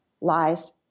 lies